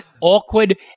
awkward